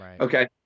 Okay